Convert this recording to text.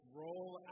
roll